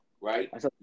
right